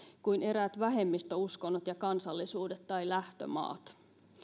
kuin eräät vähemmistöuskonnot ja kansallisuudet tai lähtömaat